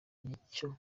nicyo